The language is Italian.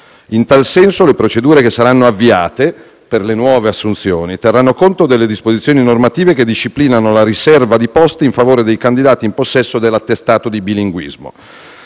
In tal senso, le procedure che saranno avviate per le nuove assunzioni terranno conto delle disposizioni normative che disciplinano la riserva di posti in favore dei candidati in possesso dell'attestato di bilinguismo.